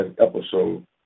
episode